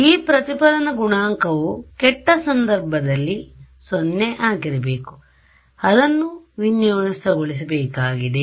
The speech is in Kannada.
ಈ ಪ್ರತಿಫಲನ ಗುಣಾಂಕವು ಕೆಟ್ಟ ಸಂದರ್ಭದಲ್ಲಿ 0 ಆಗಿರಬೇಕು ಅದನ್ನು ವಿನ್ಯಾಸಗೊಳಿಸಬೇಕಾಗಿದೆ